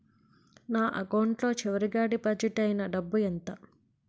నా అకౌంట్ లో చివరిగా డిపాజిట్ ఐనా డబ్బు ఎంత?